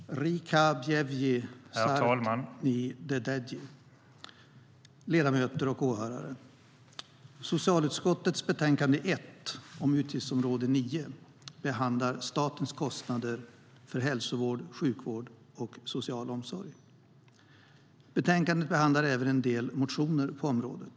Riih-ka-bjävji sart-ni-deäddjii. ledamöter och åhörare! I socialutskottets betänkande 1, om utgiftsområde 9, behandlas statens kostnader för hälsovård, sjukvård och social omsorg. I betänkandet behandlas även en del motioner på området.